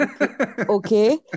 Okay